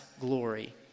glory